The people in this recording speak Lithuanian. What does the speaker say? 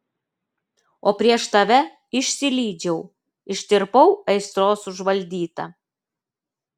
o prieš tave išsilydžiau ištirpau aistros užvaldyta